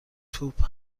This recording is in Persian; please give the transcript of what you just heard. توپ